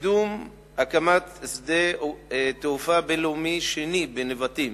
קידום הקמת שדה-תעופה בין-לאומי שני בנבטים,